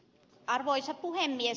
arvoisa puhemies